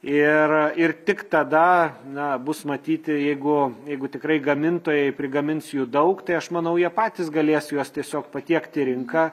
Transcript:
ir ir tik tada na bus matyti jeigu jeigu tikrai gamintojai prigamins jų daug tai aš manau jie patys galės juos tiesiog patiekt į rinką